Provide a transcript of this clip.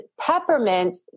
peppermint